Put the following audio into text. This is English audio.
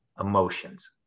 emotions